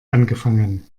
angefangen